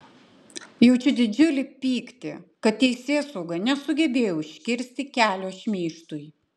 jaučiu didžiulį pyktį kad teisėsauga nesugebėjo užkirsti kelio šmeižtui